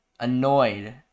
annoyed